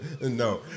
no